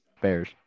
Bears